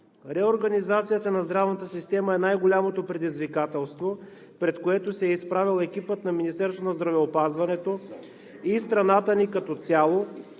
Реорганизацията на здравната система е най-голямото предизвикателство, пред което се е изправил екипът на Министерството на здравеопазването и страната ни като цяло,